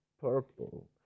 purple